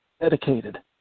dedicated